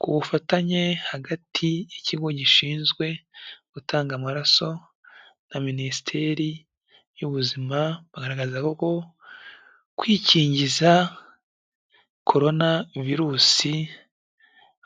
Ku bufatanye hagati y'ikigo gishinzwe gutanga amaraso na minisiteri y'ubuzima bagaragaza ko kwikingiza corona virusi